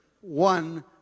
One